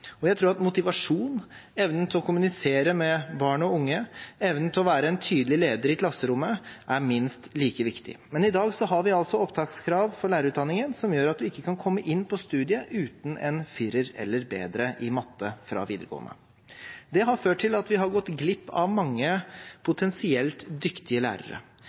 og jeg tror at motivasjon, evne til å kommunisere med barn og unge og evne til å være en tydelig leder i klasserommet er minst like viktig. I dag har vi opptakskrav for lærerutdanningen som gjør at man ikke kan komme inn på studiet uten karakteren 4 eller bedre i matte fra videregående. Det har ført til at vi har gått glipp av mange potensielt dyktige lærere.